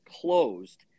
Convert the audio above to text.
closed